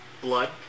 blood